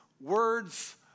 words